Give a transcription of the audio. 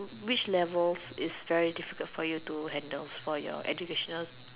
which levels is very difficult for you to handle for your educational